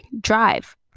drive